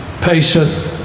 patient